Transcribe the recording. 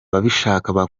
basaba